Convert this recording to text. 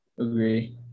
Agree